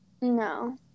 No